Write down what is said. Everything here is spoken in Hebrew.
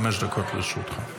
חמש דקות לרשותך.